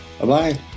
Bye-bye